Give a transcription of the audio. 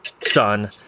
son